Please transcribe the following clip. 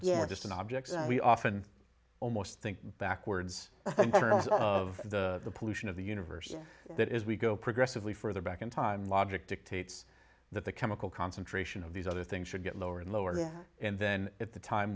distant objects we often almost think backwards in terms of the pollution of the universe that is we go progressively further back in time logic dictates that the chemical concentration of these other things should get lower and lower and then at the time